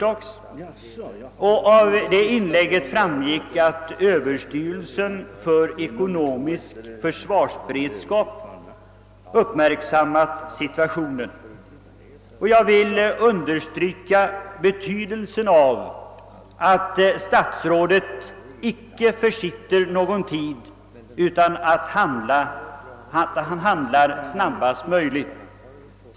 Av det framgick att överstyrelsen för ekonomisk försvarsberedskap uppmärksammat situationen, Jag vill understryka betydelsen av att statsrådet inte försitter någon tid utan handlar snabbast möjligt.